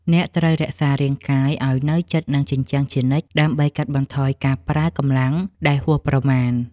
អ្នកត្រូវរក្សារាងកាយឱ្យនៅជិតនឹងជញ្ជាំងជានិច្ច ដើម្បីកាត់បន្ថយការប្រើកម្លាំងដៃហួសប្រមាណ។